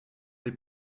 des